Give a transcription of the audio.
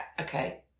okay